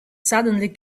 suddenly